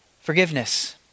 Forgiveness